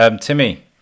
Timmy